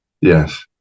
yes